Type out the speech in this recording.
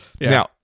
Now